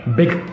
big